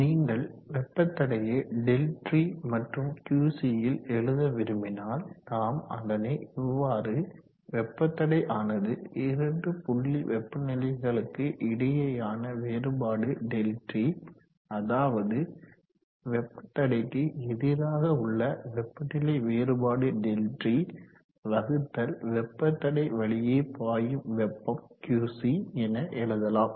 நீங்கள் வெப்ப தடையை ΔT மற்றும் Qc ல் எழுத விரும்பினால் நாம் அதனை இவ்வாறு வெப்ப தடை ஆனது இரண்டு புள்ளி வெப்பநிலைகளுக்கு இடையேயான வேறுபாடு ΔT அதாவது வெப்ப தடைக்கு எதிராக உள்ள வெப்பநிலை வேறுபாடு ΔT வகுத்தல் வெப்ப தடை வழியே பாயும் வெப்பம் QC என எழுதலாம்